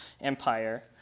Empire